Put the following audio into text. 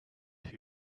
who